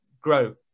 grow